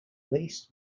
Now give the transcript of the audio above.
least